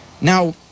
Now